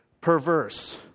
perverse